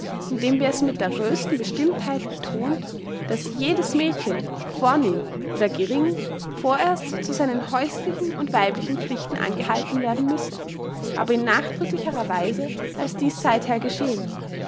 indem wir es mit der größten bestimmtheit betont daß jedes mädchen vornehm oder gering vorerst zu seinen häuslichen und weiblichen pflichten angehalten werden müsse aber in nachdrücklicherer weise als dies seither geschehen